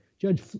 Judge